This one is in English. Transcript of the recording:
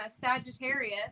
Sagittarius